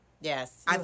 Yes